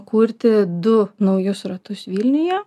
kurti du naujus ratus vilniuje